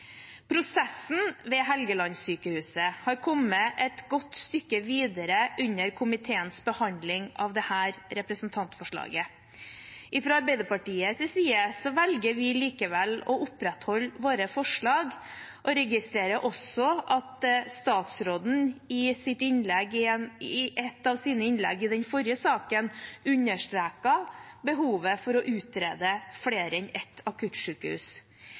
Prosessen ved Helgelandssykehuset har kommet et godt stykke videre under komiteens behandling av dette representantforslaget. Fra Arbeiderpartiets side velger vi likevel å opprettholde våre forslag og registrerer også at statsråden i ett av sine innlegg i den forrige saken understreket behovet for å utrede flere enn ett